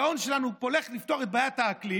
הגאון שלנו פה הולך לפתור את בעיית האקלים